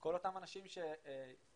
כל אותם אנשים שייהנו